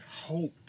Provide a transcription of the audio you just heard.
hope